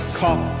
cop